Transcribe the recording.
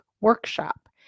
workshop